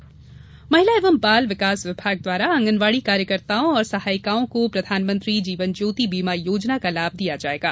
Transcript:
आंगनबाड़ी बीमा योजना महिला एवं बाल विकास विभाग द्वारा आँगनबाड़ी कार्यकर्ताओं और सहायिकाओं को प्रधानमंत्री जीवनज्योति बीमा योजना का लाभ दिया जायेगा